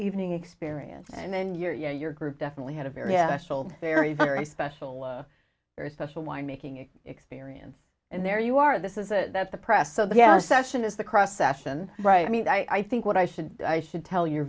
evening experience and then you know your group definitely had a very very very special very special wine making it experience and there you are this is a that the press so the yeah session is the cross session right i mean i think what i should i should tell your